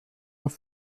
auf